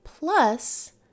Plus